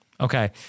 Okay